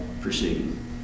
proceeding